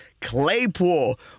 Claypool